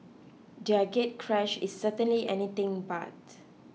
their gatecrash is certainly anything but